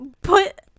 put